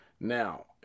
Now